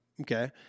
Okay